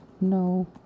No